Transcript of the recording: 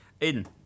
Aiden